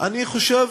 אני חושב,